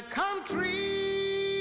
country